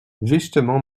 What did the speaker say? justement